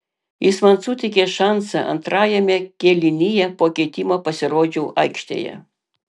jis man suteikė šansą antrajame kėlinyje po keitimo pasirodžiau aikštėje